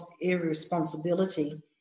irresponsibility